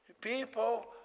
People